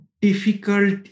difficult